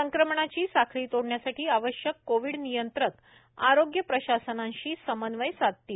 संक्रमणाची साखळी तोडण्यासाठी आवश्यक कोविड नियंत्रक आरोग्य प्रशासनाशी समन्वय साधतील